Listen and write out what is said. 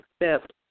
accept